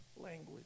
language